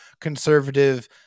conservative